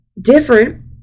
different